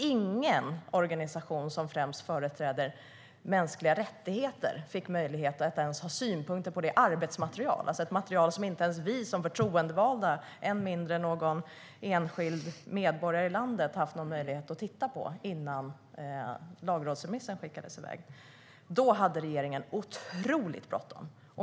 Ingen organisation som företräder mänskliga rättigheter fick möjlighet att ha synpunkter på arbetsmaterialet, alltså ett material som inte ens vi förtroendevalda och än mindre en enskild medborgare i landet fått möjlighet att titta på innan lagrådsremissen skickades iväg. Då hade regeringen otroligt bråttom.